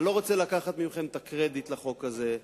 אני לא רוצה לקחת מכם את הקרדיט לחוק הזה,